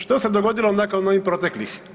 Što se dogodilo nakon onih proteklih?